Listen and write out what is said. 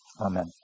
Amen